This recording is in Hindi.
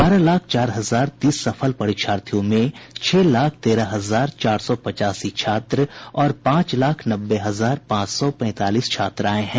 बारह लाख चार हजार तीस सफल परीक्षार्थियों में छह लाख तेरह हजार चार सौ पचासी छात्र और पांच लाख नब्बे हजार पांच सौ पैंतालीस छात्राएं हैं